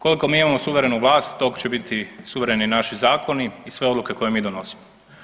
Koliko mi imamo suverenu vlast toliko će biti suvereni naši zakoni i sve odluke koje mi donosimo.